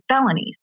felonies